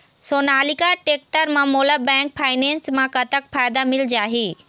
Sonalika tractor म मोला bank finance म कतक फायदा मिल जाही?